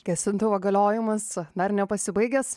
gesintuvo galiojimas dar nepasibaigęs